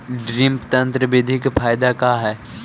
Drip तन्त्र बिधि के फायदा का है?